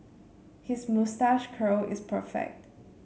his moustache curl is perfect